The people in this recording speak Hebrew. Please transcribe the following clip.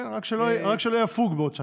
כן, רק שלא יפוג בעוד שנה.